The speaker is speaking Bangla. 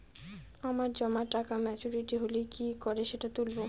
আমার জমা টাকা মেচুউরিটি হলে কি করে সেটা তুলব?